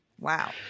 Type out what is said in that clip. Wow